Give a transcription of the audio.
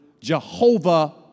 Jehovah